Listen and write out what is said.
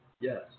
Yes